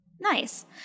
Nice